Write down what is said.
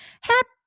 happy